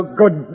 good